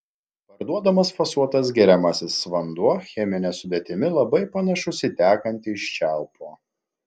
parduodamas fasuotas geriamasis vanduo chemine sudėtimi labai panašus į tekantį iš čiaupo